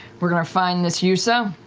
we're going to find this yussa,